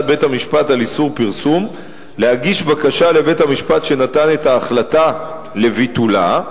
בית-המשפט על איסור פרסום להגיש לבית-המשפט שנתן את ההחלטה בקשה לביטולה,